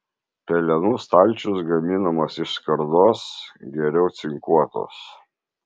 pelenų stalčius gaminamas iš skardos geriau cinkuotos